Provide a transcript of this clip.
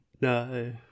no